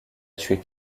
tué